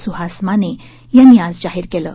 सुहास माने यांनी आज जाहीर केलं आहे